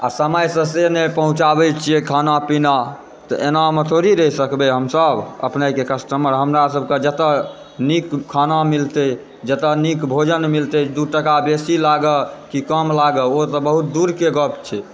आ समयसँ से नहि पहुँचाबय छियै खाना पीना तऽ एनामे थोड़े रहि सकबय हमसभ अपनेके कस्टमर हमरा सभकेँ जतऽ निक खाना मिलतय जतए नीक भोजन मिलतय दू टका बेसी लागऽ कि कम लागऽ ओ तऽ दूरके गप छै